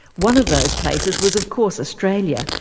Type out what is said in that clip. one of those places was of course australia,